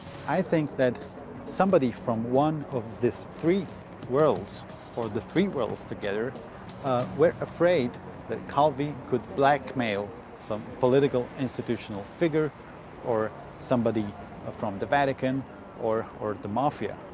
i think that somebody from one of these three worlds or the three worlds together were afraid that calvi could blackmail some political institutional figure or somebody from the vatican or or the mafia,